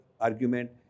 argument